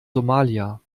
somalia